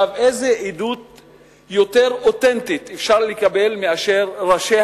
איזה עדות יותר אותנטית אפשר לקבל מאשר של ראשי